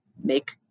make